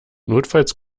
notfalls